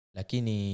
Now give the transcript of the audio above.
Lakini